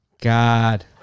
God